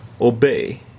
obey